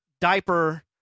diaper